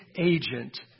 agent